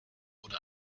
wurde